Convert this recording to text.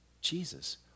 Jesus